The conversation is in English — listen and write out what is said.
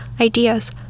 ideas